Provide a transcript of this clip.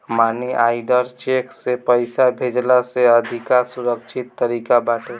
मनी order cheque से पईसा भेजला से अधिका सुरक्षित तरीका बाटे